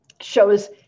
shows